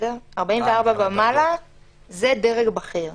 דרגה 44 ומעלה זה דרג בכיר.